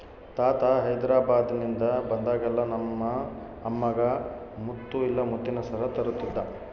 ತಾತ ಹೈದೆರಾಬಾದ್ನಿಂದ ಬಂದಾಗೆಲ್ಲ ನಮ್ಮ ಅಮ್ಮಗ ಮುತ್ತು ಇಲ್ಲ ಮುತ್ತಿನ ಸರ ತರುತ್ತಿದ್ದ